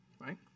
right